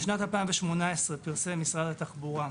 בשנת 2018 פרסם משרד התחברה